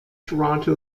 toronto